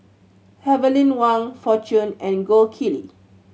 Heavenly Wang Fortune and Gold Kili